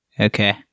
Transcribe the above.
Okay